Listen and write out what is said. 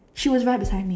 she was right beside me